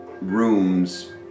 rooms